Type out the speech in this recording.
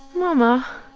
mamma i